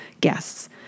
guests